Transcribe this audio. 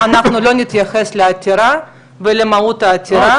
אנחנו לא נתייחס לעתירה ולמהות העתירה.